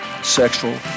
sexual